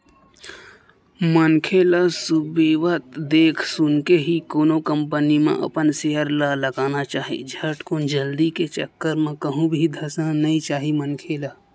मनखे ल सुबेवत देख सुनके ही कोनो कंपनी म अपन सेयर ल लगाना चाही झटकुन जल्दी के चक्कर म कहूं भी धसना नइ चाही मनखे ल